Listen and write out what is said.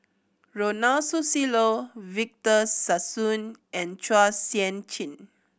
Ronald Susilo Victor Sassoon and Chua Sian Chin